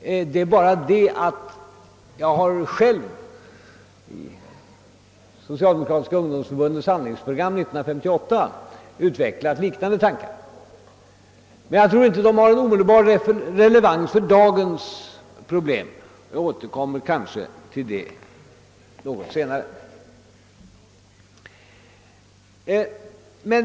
Jag har själv i Socialdemokratiska ung domsförbundets samlingsprogram 1958 utvecklat liknande tankar. Men jag tror inte att de har någon omedelbar relevans för dagens problem. Jag återkommer kanske till den frågan senare.